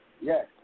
Yes